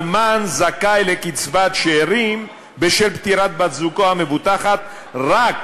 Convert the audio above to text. אלמן זכאי לקצבת שאירים בשל פטירת בת-זוגו המבוטחת רק,